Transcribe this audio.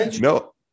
no